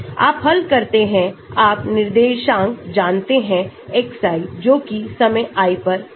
आप हल करते हैं आप निर्देशांक जानते हैं xi जो कि समय i पर है